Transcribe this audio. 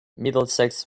middlesex